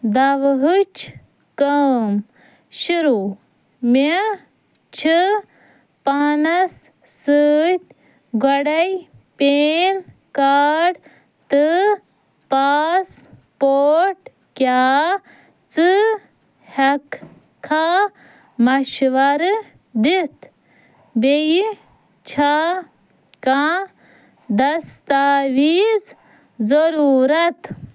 دَوہچ کٲم شُروٗع مےٚ چھُ پانَس سۭتۍ گۄڈٔے پین کارڈ تہٕ پاسپورٹ کیٛاہ ژٕ ہیٚکہٕ کھا مشورٕ دِتھ بیٚیہِ چھا کانٛہہ دَستاویٖز ضروٗرت